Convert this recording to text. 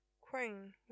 queen